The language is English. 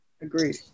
Agreed